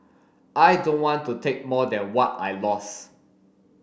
I don't want to take more than what I lost